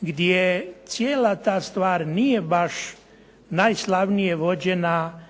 gdje cijela ta stvar nije baš najslavnije vođena